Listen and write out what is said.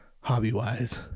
hobby-wise